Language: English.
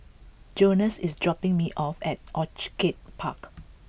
Jonas is dropping me off at Orchid Park